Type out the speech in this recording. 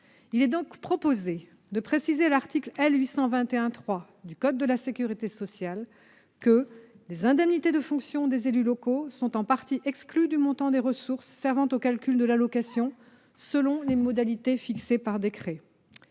Il serait précisé, à l'article L. 821-3 du code de la sécurité sociale, que les indemnités de fonction des élus locaux sont en partie exclues du montant des ressources servant au calcul de l'allocation, selon des modalités fixées par décret.